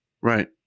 Right